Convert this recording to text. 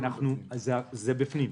זה בפנים.